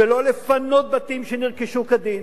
ולא לפנות בתים שנרכשו כדין.